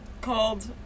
called